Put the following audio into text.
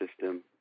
System